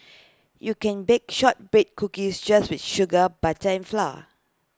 you can bake Shortbread Cookies just with sugar butter and flour